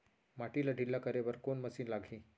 माटी ला ढिल्ला करे बर कोन मशीन लागही?